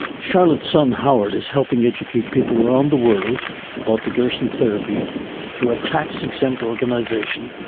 charlotte's son howard is helping educate people around the world about the gerson therapy through a tax exempt organization,